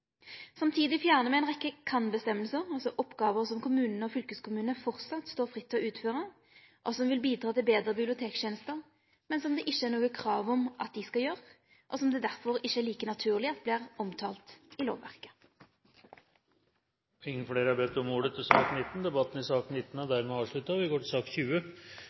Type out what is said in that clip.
Samtidig fjernar me ei rekke kan-bestemmingar, altså oppgåver som kommunen og fylkeskommunane framleis står fritt til å utføre, og som vil bidra til betre bibliotektenester, men som det ikkje er noko krav om at dei skal gjere, og som det derfor ikkje er like naturleg at vert omtalte i lovverket. Flere har ikke bedt om ordet til sak nr. 19. Etter ønske fra familie- og kulturkomiteen vil presidenten foreslå at taletiden begrenses til